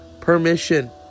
permission